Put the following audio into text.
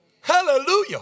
hallelujah